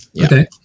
Okay